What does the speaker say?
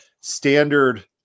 standard